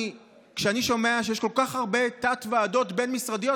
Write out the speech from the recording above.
כשאני שומע שיש כל כך הרבה תתי-ועדות בין-משרדיות,